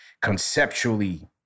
conceptually